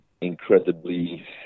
incredibly